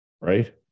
right